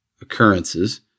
occurrences